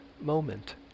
moment